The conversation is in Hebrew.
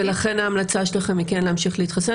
ולכן ההמלצה שלכם היא כן להמשיך להתחסן